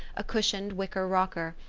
a cushioned wicker rocker,